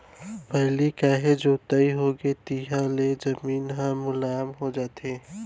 पहिली काहे जोताई होगे तिहाँ ले जमीन ह मुलायम हो जाथे